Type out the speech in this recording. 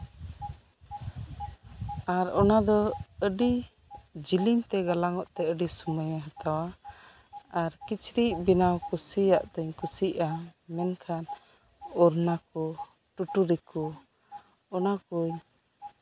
ᱟᱨ ᱚᱱᱟ ᱫᱚ ᱟᱹᱰᱤ ᱡᱮᱹᱞᱮᱹᱧ ᱛᱮ ᱜᱟᱞᱟᱝᱚᱜ ᱛᱮ ᱟᱹᱰᱤ ᱥᱚᱢᱚᱭᱮ ᱦᱟᱛᱟᱣᱟ ᱟᱨ ᱠᱤᱪᱨᱤᱡ ᱵᱮᱱᱟᱣ ᱠᱩᱥᱤᱭᱟᱜ ᱛᱮᱧ ᱠᱩᱥᱤᱜᱼᱟ ᱢᱮᱱᱠᱷᱟᱱ ᱳᱲᱱᱟ ᱠᱚ ᱴᱩᱴᱩᱨᱤ ᱠᱚ ᱚᱱᱟ ᱠᱚ